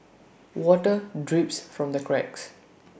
water drips from the cracks